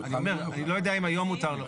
אני אומר, אני לא יודע אם היום מותר לו.